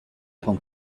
pong